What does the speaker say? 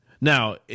Now